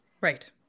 Right